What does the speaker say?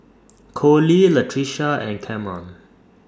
Colie Latricia and Cameron